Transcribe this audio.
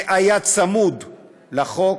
שהיה צמוד לחוק,